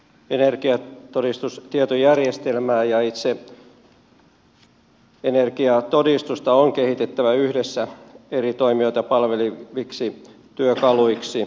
energiatodistustietojärjestelmää ja itse energiatodistusta on kehitettävä yhdessä eri toimijoita palveleviksi työkaluiksi